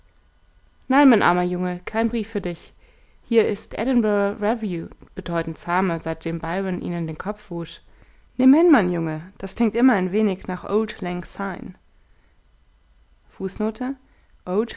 nein mein armer junge kein brief für dich hier ist edinburgh review bedeutend zahmer seitdem byron ihnen den kopf wusch nimm hin mein junge das klingt immer ein wenig nach auld lang